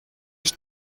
ich